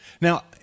Now